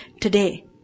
today